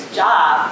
job